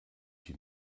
die